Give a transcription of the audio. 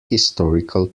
historical